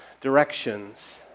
directions